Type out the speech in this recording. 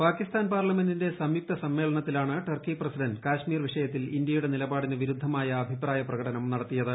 പാകിസ്ഥാൻ പാർലമെന്റിന്റെ സംയുക്ത സമ്മേളനത്തിലാണ് ടർക്കി പ്രസിഡന്റ് കശ്മീർ വിഷയത്തിൽ ഇന്ത്യയുടെ നിലപാടിന് വിരുദ്ധമായ അഭിപ്രായ പ്രകടനം നടത്തിയത്